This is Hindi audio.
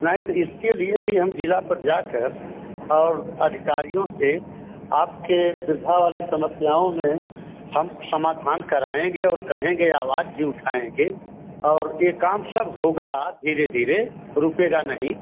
नहीं तो इसके लिए भी हम जिला पर जाकर और अधिकारियों से आपके वृद्ध वाले समस्याओं में हम समाधान कराएँगे और कहेंगे आवाज भी उठाएँगे और ये काम सब होगा धीरे धीरे रुकेगा नहीं